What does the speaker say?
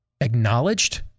acknowledged